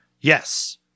yes